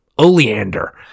oleander